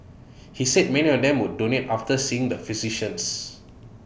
he said many of them would donate after seeing the physicians